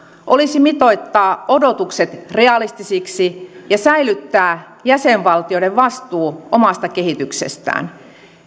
olisi mitoittaa odotukset realistisiksi ja säilyttää jäsenvaltioiden vastuu omasta kehityksestään